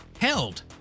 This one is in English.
held